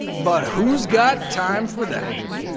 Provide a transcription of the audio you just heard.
but, who's got time for that?